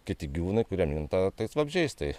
kiti gyvūnai kurie minta tais vabzdžiais tai